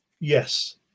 Yes